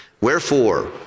Wherefore